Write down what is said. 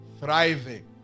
thriving